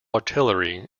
artillery